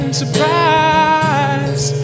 surprise